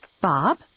Bob